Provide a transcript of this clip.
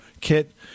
kit